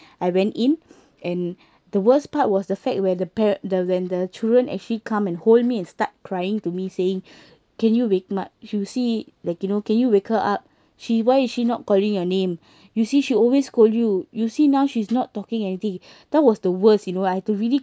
I went in and the worst part was the fact where the pair the when the children actually come and hold me and start crying to me saying can you wake you see like you know can you wake her up she why is she not calling your name you see she always scold you you see now she's not talking aunty that was the worst you know I had to really